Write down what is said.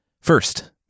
First